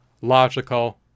logical